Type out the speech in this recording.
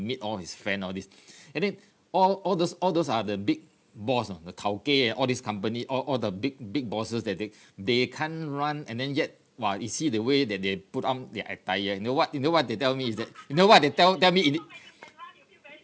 meet all his friend all this and then all all those all those ah the big boss ah the towkay ah all these company all all the big big bosses that they they can't run and then yet !wah! you see the way that they put on their attire you know what you know what they tell me is that you know what they tell tell me is it